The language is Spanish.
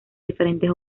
diferentes